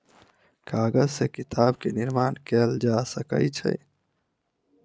कागज से किताब के निर्माण कयल जा सकै छै